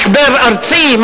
משבר ארצי,